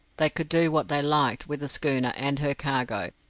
they could do what they liked with the schooner and her cargo,